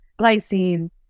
glycine